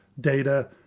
data